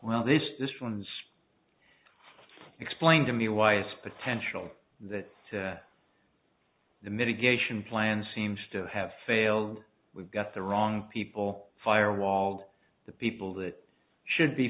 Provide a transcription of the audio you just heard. well this this one's explained to me why is potential that the mitigation plan seems to have failed and we've got the wrong people firewalled the people that should be